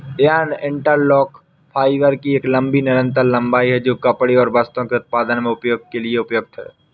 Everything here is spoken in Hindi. यार्न इंटरलॉक फाइबर की एक लंबी निरंतर लंबाई है, जो कपड़े और वस्त्रों के उत्पादन में उपयोग के लिए उपयुक्त है